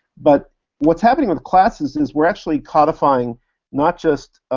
but what's happening with classes is we're actually codifying not just